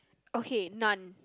okay none